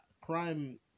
crime